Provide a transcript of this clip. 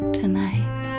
tonight